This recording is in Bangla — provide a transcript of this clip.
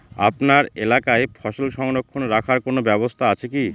আপনার এলাকায় ফসল সংরক্ষণ রাখার কোন ব্যাবস্থা আছে কি?